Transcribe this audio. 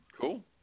Cool